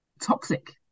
toxic